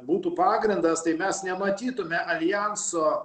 būtų pagrindas tai mes nematytume aljanso